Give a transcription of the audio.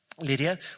Lydia